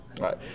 right